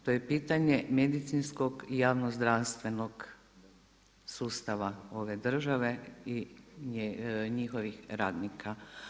To je pitan je medicinskog i javnozdravstvenog sustava ove države i njihovih radnika.